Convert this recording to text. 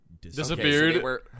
disappeared